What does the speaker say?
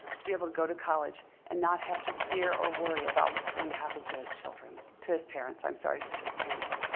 to be able to go to college, and not have to fear or worry about what's going to happen to his children. to his parents, i'm sorry, to his parents.